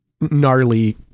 gnarly